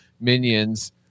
minions